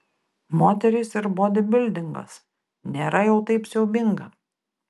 moterys ir bodybildingas nėra jau taip siaubinga